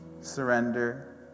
surrender